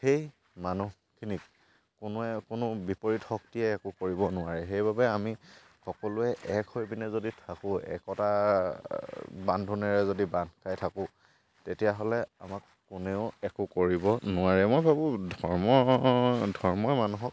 সেই মানুহখিনিক কোনোৱে কোনো বিপৰীত শক্তিয়ে একো কৰিব নোৱাৰে সেইবাবে আমি সকলোৱে এক হৈ পিনে যদি থাকোঁ একতা বান্ধোনেৰে যদি বান্ধ খাই থাকোঁ তেতিয়াহ'লে আমাক কোনেও একো কৰিব নোৱাৰে মই ভাবোঁ ধৰ্ম ধৰ্মই মানুহক